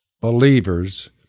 believers